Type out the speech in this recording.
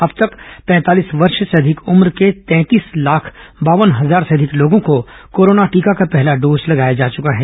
अब तक पैंतालीस वर्ष से अधिक उम्र के तैंतीस लाख बावन हजार से अधिक लोगों को कोरोना टीका का पहला डोज लगाया जा चुका है